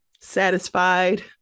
satisfied